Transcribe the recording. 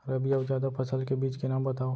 रबि अऊ जादा फसल के बीज के नाम बताव?